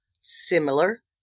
similar